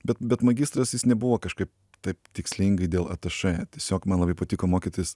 bet bet magistras jis nebuvo kažkaip taip tikslingai dėl atašė tiesiog man labai patiko mokytis